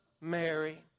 Mary